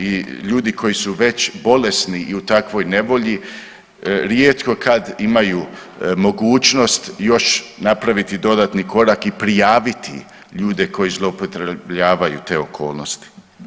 I ljudi koji su već bolesni i u takvoj nevolji rijetko kad imaju mogućnost još napraviti dodatni korak i prijaviti ljude koji zloupotrebljavaju te okolnosti.